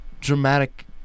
dramatic